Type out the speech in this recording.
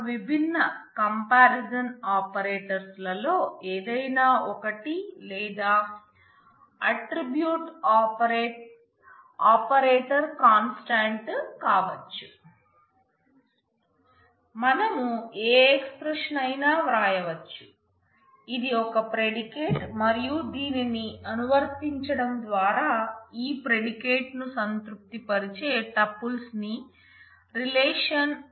విభిన్న టర్మ్స్ కావొచ్చు